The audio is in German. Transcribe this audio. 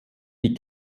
die